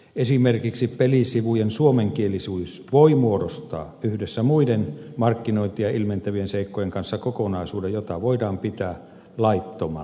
esimerkiksi pelisivujen suomenkielisyys voi muodostaa yhdessä muiden markkinointia ilmentävien seikkojen kanssa kokonaisuuden jota voidaan pitää laittomana markkinointina